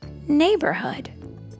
neighborhood